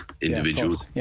individuals